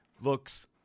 looks